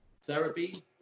therapy